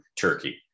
Turkey